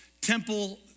temple